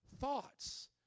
thoughts